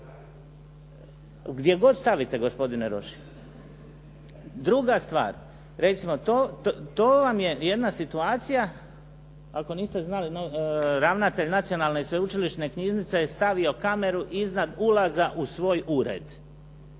Gdje god stavite gospodine Rošin. Druga stvar, recimo to vam je jedna situacija, ako niste znali ravnatelj nacionalne i sveučilišne knjižnice je stavio kameru iznad ulaza u svoj ured.